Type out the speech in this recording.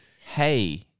Hey